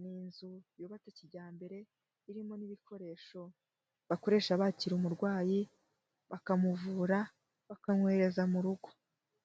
Ni inzu yubatse ikijyambere, irimo n'ibikoresho bakoresha bakira umurwayi, bakamuvura bakamwohereza mu rugo.